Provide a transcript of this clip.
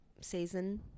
Season